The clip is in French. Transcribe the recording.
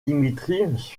dimitri